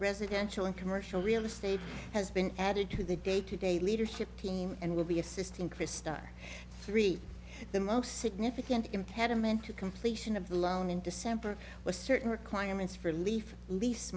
residential and commercial real estate has been added to the day to day leadership team and will be assisting krista three the most significant impediment to completion of the loan in december was certain requirements for leaf leas